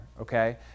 okay